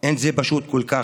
זה לא פשוט כל כך.